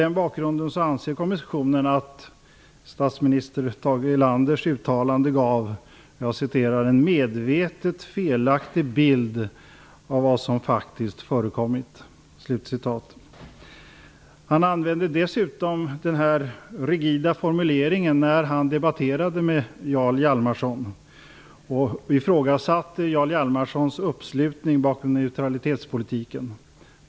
Erlanders uttalande gav en medvetet felaktig bild av vad som faktiskt förekommit. När Tage Erlander debatterade med Jarl Hjalmarsson använde han dessutom en rigid formulering och ifrågasatte Jarl Hjalmarssons uppslutning bakom neutralitetspolitiken.